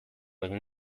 egin